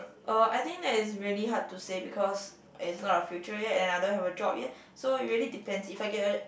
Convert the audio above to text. uh I think that it's really hard to say because it's not the future yet and I don't have a job yet so it really depends if I get a